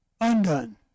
undone